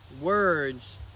Words